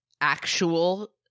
actual